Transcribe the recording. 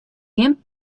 gjin